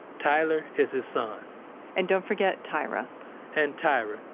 tyler is his son and don't forget tyra and tyra,